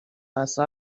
اثر